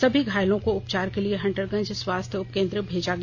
सभी घायलों को उपचार के लिये हंटरगंज स्वास्थ्य उपकेंद्र भेजा गया